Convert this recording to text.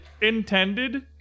intended